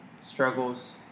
struggles